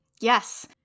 Yes